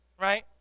right